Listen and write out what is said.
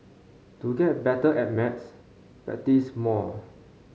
to get better at maths practice more